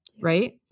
Right